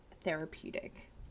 therapeutic